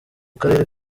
karere